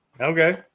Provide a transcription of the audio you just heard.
Okay